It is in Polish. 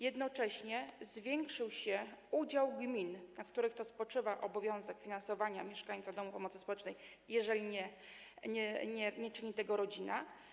Jednocześnie zwiększył się udział gmin, na których to spoczywa obowiązek finansowania mieszkańca domu pomocy społecznej, jeżeli nie czyni tego rodzina.